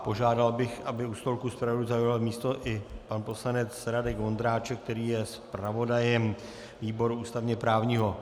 Požádal bych, aby u stolku zpravodajů zaujal místo i pan poslanec Radek Vondráček, který je zpravodajem výboru ústavněprávního.